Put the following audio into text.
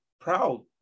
proud